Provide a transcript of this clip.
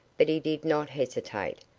but he did not hesitate,